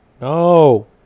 no